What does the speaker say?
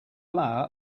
flour